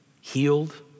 healed